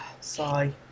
Sigh